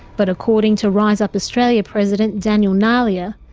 but according to rise up australia president daniel nalliah,